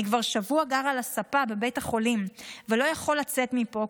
אני כבר שבוע גר על הספה בבית החולים ולא יכול לצאת מפה,